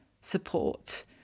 support